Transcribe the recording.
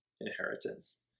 inheritance